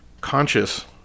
conscious